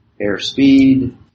airspeed